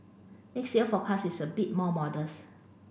next year forecast is a bit more modest